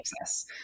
access